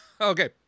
Okay